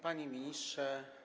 Panie Ministrze!